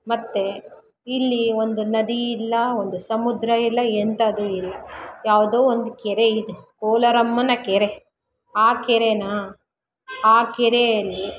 ಮತ್ತೆ ಇಲ್ಲಿ ಒಂದು ನದಿ ಇಲ್ಲ ಒಂದು ಸಮುದ್ರ ಇಲ್ಲ ಎಂಥದೂ ಇಲ್ಲ ಯಾವುದೋ ಒಂದು ಕೆರೆ ಇದೆ ಕೋಲಾರಮ್ಮನ ಕೆರೆ ಆ ಕೆರೆನಾ ಆ ಕೆರೆಯಲ್ಲಿ